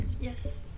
yes